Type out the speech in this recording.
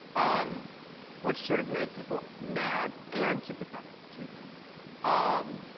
um which sort of made people mad and sympathetic to you. um